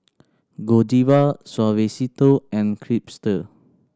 Godiva Suavecito and Chipster